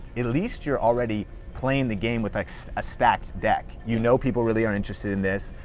at least you're already playing the game with a stacked deck. you know people really are interested in this,